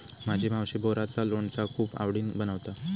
माझी मावशी बोराचा लोणचा खूप आवडीन बनवता